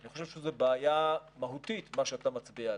אני חושב שזו בעיה מהותית שאתה מצביע עליה,